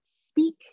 speak